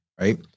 right